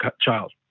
child